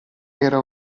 era